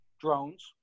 Drones